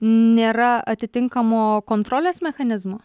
nėra atitinkamo kontrolės mechanizmo